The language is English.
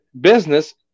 business